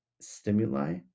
stimuli